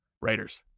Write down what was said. Raiders